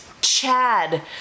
Chad